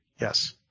yes